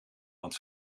want